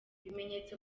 ibimenyetso